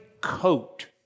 coat